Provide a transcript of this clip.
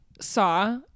saw